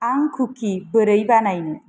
आंं कुकि बोरै बानायनो